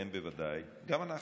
אתם בוודאי, גם אנחנו,